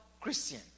Christian